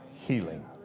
healing